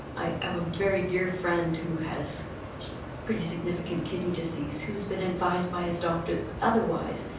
i have a very dear friend who has pretty significant kidney disease who's been advised by his doctor otherwise,